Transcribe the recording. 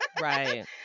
right